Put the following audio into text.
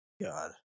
God